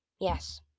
yes